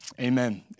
amen